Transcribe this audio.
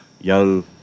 young